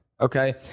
okay